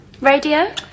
radio